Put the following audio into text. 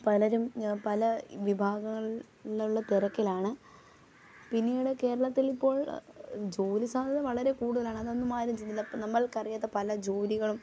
പലരും പല വിഭാങ്ങളിൽ നിന്നുള്ള തിരക്കിലാണ് പിന്നീട് കേരളത്തിലിപ്പോൾ ജോലി സാധ്യത വളരെ കൂടുതലാണ് അതൊന്നുമാരും ചിന്തിക്കുന്നില്ല ഇപ്പം നമ്മൾക്കറിയാത്ത പല ജോലികളും